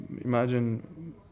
imagine